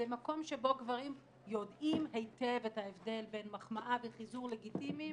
מקום שבו גברים יודעים היטב את ההבדל בין מחמאה וחיזור לגיטימיים